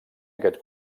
aquest